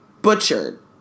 butchered